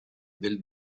del